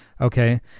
Okay